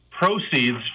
proceeds